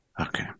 Okay